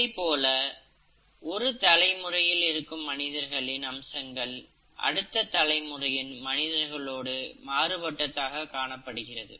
இதே போல் ஒரு தலைமுறையில் இருக்கும் மனிதர்களின் அம்சங்கள் அடுத்த தலைமுறையின் மனிதர்களோடு மாறுபட்டதாக காணப்படுகிறது